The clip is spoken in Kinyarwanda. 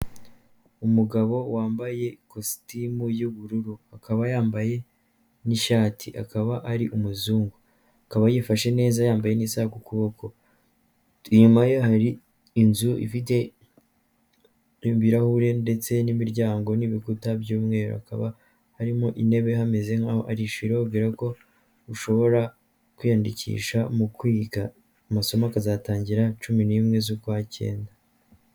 Umugabo wambaye kositimu y'ubururu, akaba yambaye n'ishati, akaba ari umuzungu, akaba yifashe neza yambaye n'isaha ku kuboko, inyuma ye hari inzu ifite ibirahure ndetse n'imiryango n'ibikuta by'umweru, hakaba harimo intebe, hameze nkaho ari ishuli, bababwira ko ushobora kwiyandikisha mu kwiga, amasomo akazatangira cumi n'imwe zukwa cyenda.